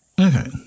Okay